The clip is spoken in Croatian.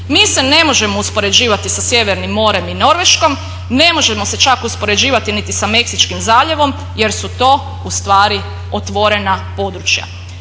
Mi se ne možemo uspoređivati sa Sjevernim morem i Norveškom, ne možemo se čak uspoređivati niti sa Meksičkim zaljevom jer su to u stvari otvorena područja.